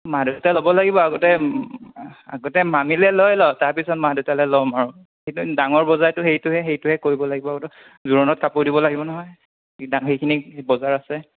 মা দেউতাই ল'ব লাগিব আগতে আগতে মামীলৈ লৈ ল তাৰপিছত মা দেউতালৈ ল'ম আৰু কিন্তু ডাঙৰ বজাৰটো সেটোহে সেইটোহে কৰিব লাগিব জোৰোণত কাপোৰ দিব লাগিব নহয় দামিখিনি বজাৰ আছে